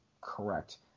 correct